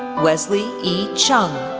wesley e. cheung,